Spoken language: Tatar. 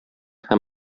һәм